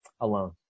alone